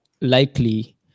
likely